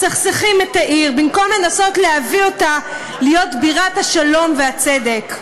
מסכסכים את העיר במקום לנסות להביא אותה להיות בירת השלום והצדק,